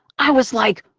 i was like,